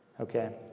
Okay